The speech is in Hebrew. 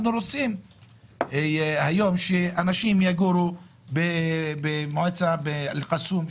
רוצים שאנשים יגורו במועצת אל קסום,